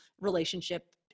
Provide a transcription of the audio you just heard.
relationship